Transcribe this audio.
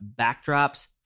backdrops